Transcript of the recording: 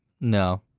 No